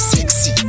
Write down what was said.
Sexy